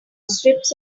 strips